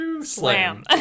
Slam